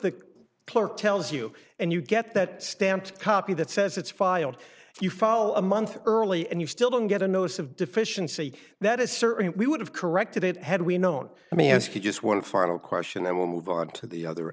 the clerk tells you and you get that stamped copy that says it's filed you fall a month early and you still don't get a notice of deficiency that is certain we would have corrected it had we known i mean as he just one final question i will move on to the other